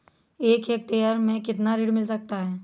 एक हेक्टेयर में कितना ऋण मिल सकता है?